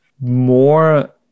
more